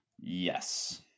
Yes